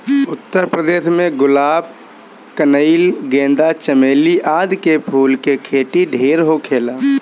उत्तर प्रदेश में गुलाब, कनइल, गेंदा, चमेली आदि फूल के खेती ढेर होखेला